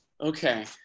Okay